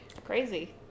Crazy